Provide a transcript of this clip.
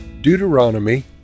Deuteronomy